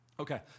Okay